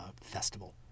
festival